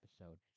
episode